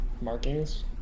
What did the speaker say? Markings